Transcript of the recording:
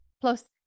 Plus